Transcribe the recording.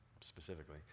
specifically